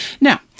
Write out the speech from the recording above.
Now